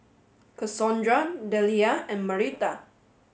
Cassondra Delia and Marita